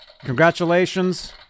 Congratulations